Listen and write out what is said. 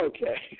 Okay